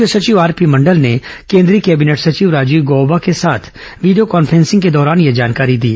मुख्य सचिव आरपी मंडल ने केंद्रीय कैबिनेट सचिव राजीव गौबा के साथ वीडियो कॉन्फ्रेंसिंग के दौरान यह जानकारी दी